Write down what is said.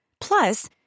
Plus